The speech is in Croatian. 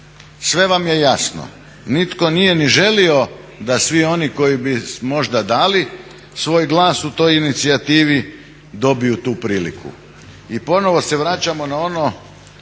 sve vam je jasno. Nitko nije ni želio da svi oni koji bi možda dali svoj glas u toj inicijativi dobiju tu priliku. I ponovno se vraćamo na ono